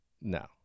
no